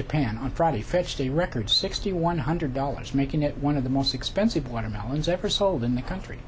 japan on friday fetched a record sixty one hundred dollars making it one of the most expensive want to melons ever sold in the country